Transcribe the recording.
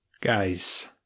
Guys